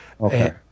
okay